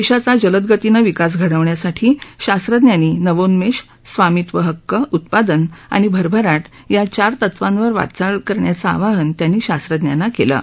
देशाचा जलदगतीनं विकास घडवण्यासाठी शास्त्रज्ञांनी नवोन्मेष स्वामित्व हक्क उत्पादन आणि भरभराट या चार तत्वांवर वाटचाल करण्याचं आवाहन त्यांनी शास्त्रज्ञांना केलं आहे